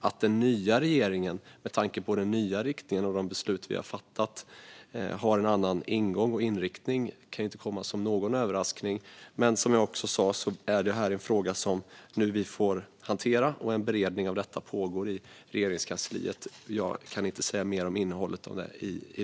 Att den nya regeringen med tanke på den nya riktningen och de beslut vi har fattat har en annan ingång och inriktning kan inte komma som en överraskning. Detta är som sagt en fråga som vi får hantera. En beredning av detta pågår i Regeringskansliet, och jag kan i dag inte säga mer om innehållet.